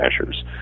measures